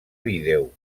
vídeo